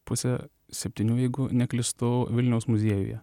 pusę septynių jeigu neklystu vilniaus muziejuje